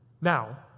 Now